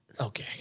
Okay